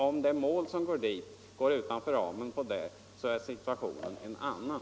Om det mål som går till bostadsdomstolen faller utanför ramen för den överenskommelsen, är situationen en annan.